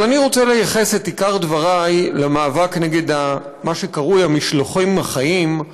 אבל אני רוצה לייחד את עיקר דברי למאבק נגד מה שקרוי "המשלוחים החיים",